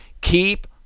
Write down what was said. Keep